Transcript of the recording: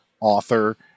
author